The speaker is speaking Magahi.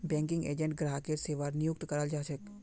बैंकिंग एजेंट ग्राहकेर सेवार नियुक्त कराल जा छेक